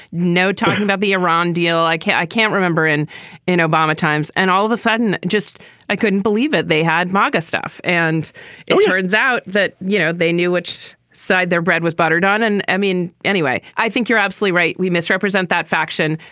no talking about the iran deal. i can't i can't remember in an obama times. and all of a sudden just i couldn't believe it. they had magga stuff. and it turns out that, you know, they knew which side their bread was buttered on. and emine. anyway, i think you're absolutely right. we misrepresent that faction.